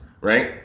right